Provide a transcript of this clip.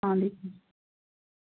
اَسلامُ عَلیکُم